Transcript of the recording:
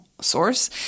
source